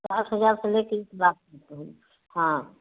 पचास हजार से ले कर एक लाख तक है हाँ